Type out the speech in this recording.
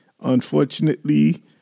Unfortunately